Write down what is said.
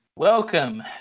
Welcome